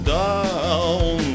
down